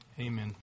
amen